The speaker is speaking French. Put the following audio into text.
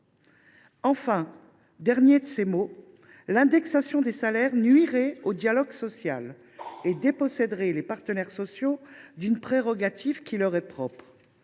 Enfin, dernier de ses maux, l’indexation des salaires nuirait au dialogue social et déposséderait les partenaires sociaux d’une prérogative qui leur est propre.